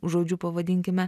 žodžiu pavadinkime